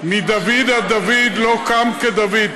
מדוד עד דוד לא קם כדוד.